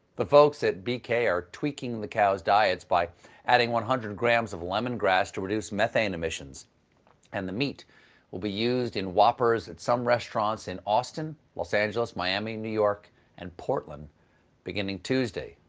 the folks at b k are tweaking the cow's diets by adding one hundred grams of lemongrass to reduce methane emissions and the meat will be used in whoppers at some restaurants in austin, los angeles, miami, new york and portland beginning tuesday.